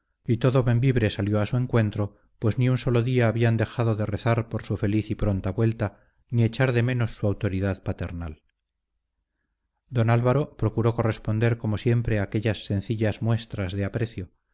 y todo bembibre salió a su encuentro pues ni un sólo día habían dejado de rezar por su feliz y pronta vuelta ni echar de menos su autoridad paternal don álvaro procuró corresponder como siempre a aquellas sencillas muestras de aprecio